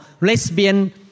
lesbian